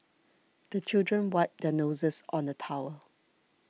the children wipe their noses on the towel